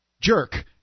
jerk